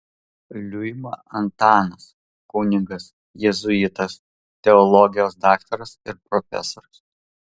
liuima antanas kunigas jėzuitas teologijos daktaras ir profesorius